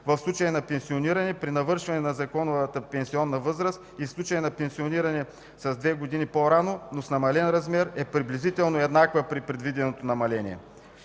в случай на пенсиониране при навършване на законовата пенсионна възраст и в случай на пенсиониране с две години по-рано, но с намален размер, е приблизително еднаква при предвиденото намаление.